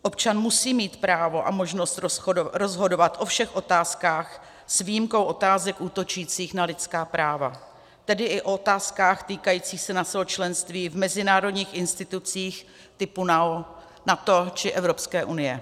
Občan musí mít právo a možnost rozhodovat o všech otázkách s výjimkou otázek útočících na lidská práva, tedy i o otázkách týkajících se našeho členství v mezinárodních institucích typu NATO či Evropské unie.